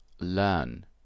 learn